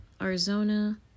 Arizona